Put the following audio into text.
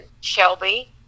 Shelby